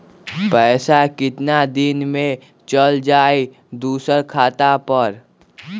पैसा कितना दिन में चल जाई दुसर खाता पर?